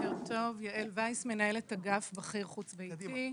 בוקר טוב, יעל וייס, מנהלת אגף בכיר חוץ ביתי,